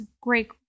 great